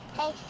Hey